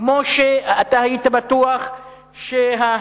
כמו שאתה היית בטוח שההתנחלויות